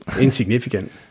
insignificant